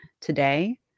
today